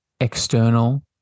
external